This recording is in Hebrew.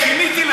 שיניתי לך.